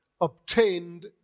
obtained